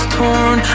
torn